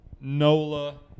NOLA